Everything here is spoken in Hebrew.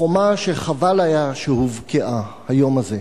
חומה שחבל שהובקעה היום הזה.